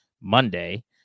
Monday